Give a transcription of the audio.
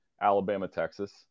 Alabama-Texas